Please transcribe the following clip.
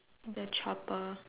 the chopper